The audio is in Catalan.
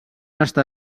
estar